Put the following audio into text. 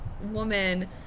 woman